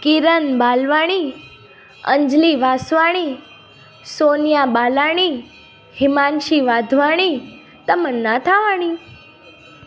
Kiran Balwani Anjali Vaswani Sonia Balani Himanshi Wadhwani Tamanna Thawani